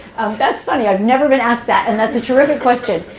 that's funny. i've never been asked that, and that's a terrific question.